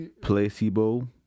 placebo